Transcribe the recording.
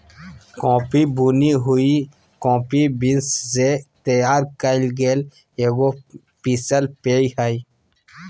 coffee भुनी हुई coffee beans से तैयार कइल गेल एगो पीसल पेय हइ